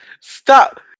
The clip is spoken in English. Stop